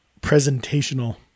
presentational